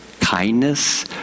kindness